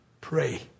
Pray